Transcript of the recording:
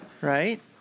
Right